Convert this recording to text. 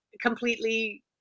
completely